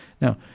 Now